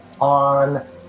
On